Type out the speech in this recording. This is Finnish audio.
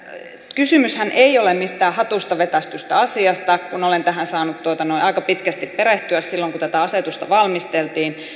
kysymyshän ei ole mistään hatusta vetäistystä asiasta kun olen tähän saanut aika pitkästi perehtyä silloin kun tätä asetusta valmisteltiin